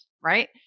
right